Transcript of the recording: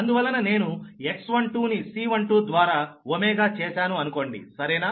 అందువలన నేను X12 ని C12 ద్వారా చేశాను అనుకోండి సరేనా